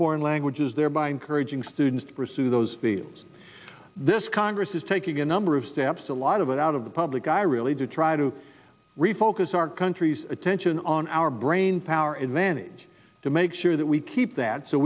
foreign languages thereby encouraging students to pursue those fields this congress is taking a number of steps a lot of it out of the public eye really to try to refocus our country's attention on our brainpower in vantage to make sure that we keep that so